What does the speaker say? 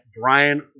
Brian